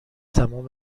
تمام